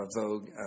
Vogue